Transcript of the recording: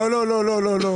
לא, לא, לא.